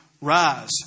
Rise